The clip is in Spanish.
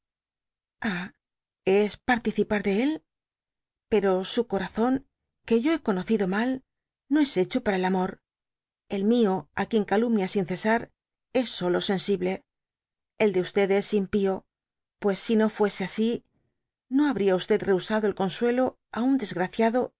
es participar de él pero su corazón que yo hé conocido mal no es echo para el amor el mió á quien calumnia sin cesar es solo sensible él áe es impio pues sino fuese asi no habría rehusado el consuelo á un desgradado